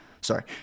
Sorry